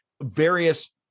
various